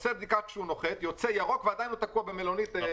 עושים בדיקה כשהם נוחתים ועדיין הם תקועים במלונית.